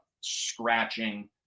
scratching